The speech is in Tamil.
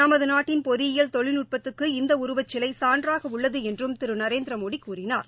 நமது நாட்டின் பொறியியல் தொழில்நுட்பத்துக்கு இந்த உருவச்சிலை சான்றாக உள்ளது என்றும் திரு நரேந்திரமோடி கூறினார்